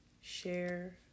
share